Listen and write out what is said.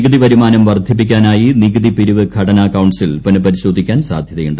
നികുതി വരുമാനം വർദ്ധിപ്പിക്കാനായി ് നികുതിപിരിവ് ഘടന കൌൺസിൽ പുനഃപരിശോധിക്കാൻ സാധ്യതയുണ്ട്